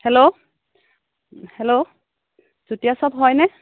hello hello চুতীয়া চপ হয়নে